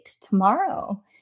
tomorrow